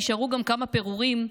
נשארו גם כמה פירורים,